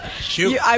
Shoot